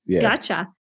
Gotcha